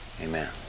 Amen